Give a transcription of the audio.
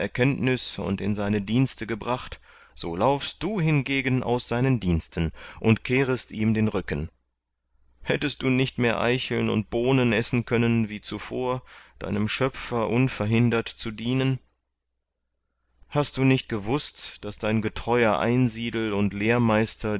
und in seine dienste gebracht so laufst du hingegen aus seinen diensten und kehrest ihm den rücken hättest du nicht mehr eicheln und bohnen essen können wie zuvor deinem schöpfer unverhindert zu dienen hast du nicht gewußt daß dein getreuer einsiedel und lehrmeister